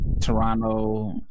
Toronto